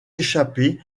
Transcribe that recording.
échappée